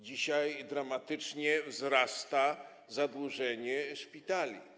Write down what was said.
Dzisiaj dramatycznie wzrasta zadłużenie szpitali.